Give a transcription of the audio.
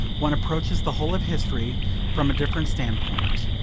one approaches the whole of history from a different standpoint.